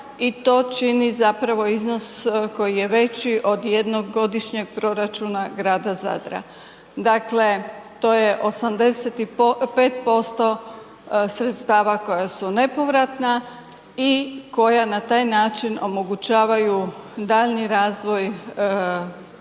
i to čini zapravo iznos koji je veći od jednogodišnjeg proračuna grada Zadra. Dakle, to je 85% sredstava koja su nepovratna i koja na taj način omogućavaju daljnji razvoj